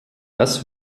was